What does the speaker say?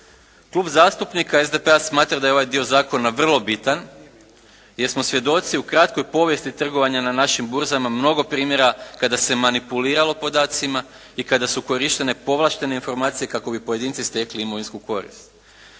Klub zastupnika SDP-a smatra da je ovaj dio zakona vrlo bitan jer smo svjedoci u kratkoj povijesti trgovanja na našim burzama mnogo primjera kada se manipuliralo podacima i kada su korištene povlaštene informacije kako bi pojedinci stekli imovinsku korist.